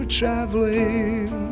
traveling